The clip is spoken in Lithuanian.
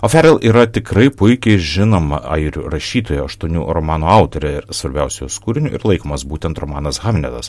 oferel yra tikrai puikiai žinoma airių rašytoja aštuonių romanų autorė ir svarbiausiu jos kūriniu ir laikomas būtent romanas hamnetas